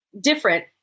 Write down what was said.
Different